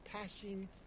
passing